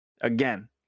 Again